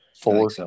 Four